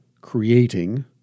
creating